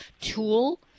tool